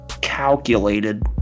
calculated